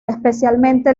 especialmente